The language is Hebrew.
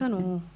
יש לנו מצגת.